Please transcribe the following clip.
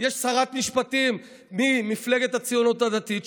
יש שרת משפטים ממפלגת הציונות הדתית,